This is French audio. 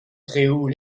gréoux